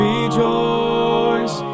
Rejoice